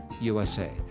USA